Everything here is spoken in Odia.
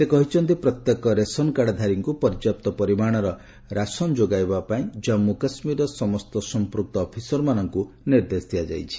ସେ କହିଛନ୍ତି ପ୍ରତ୍ୟେକ ରେସନକାର୍ଡ ଧାରୀଙ୍କୁ ପର୍ଯ୍ୟାପ୍ତ ପରିମାଣର ରେସନ ଯୋଗାଇବା ପାଇଁ ଜାମ୍ମୁ କାଶ୍ମୀରର ସମସ୍ତ ସମ୍ପୃକ୍ତ ଅଫିସରମାନଙ୍କୁ ନିର୍ଦ୍ଦେଶ ଦିଆଯାଇଛି